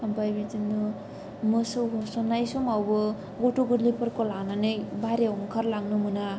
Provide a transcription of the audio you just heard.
ओमफाय बिदिनो मोसौखौ होसननाय समावबो गथ' गोरलैफोरखौ लानानै बायह्रायाव ओंखारलांनो मोना